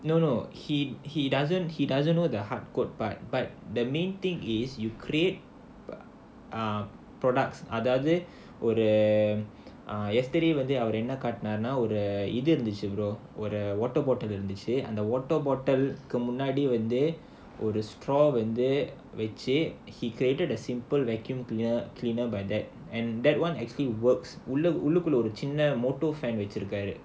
no no he he doesn't he doesn't know the hard code part but the main thing is you create products அதாவது ஒரு:adhaavathu oru yesterday வந்து அவரு என்ன காட்டுனாருன்னா ஒரு இது இருந்துச்சு:vandhu avaru enna kaattunaarunaa oru idhu irunthuchu brother water bottle அந்த:andha water bottle கு முன்னாடி வந்து ஒரு:ku munnaadi vandhu oru straw வந்து வச்சி:vandhu vachi he created a simple vacuum cleaner cleaner by that and that [one] actually works உள்ளுக்குள்ள ஒரு சின்ன:ullukulla oru chinna motor fan வச்சிருக்காரு:vachirukkaaru